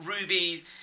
Ruby